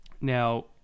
Now